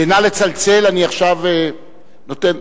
אני עכשיו נותן,